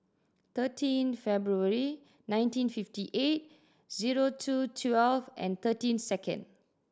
thirteen February nineteen fifty eight zero two twelve and thirteen second